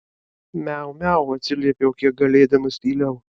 miau miau atsiliepiau kiek galėdamas tyliau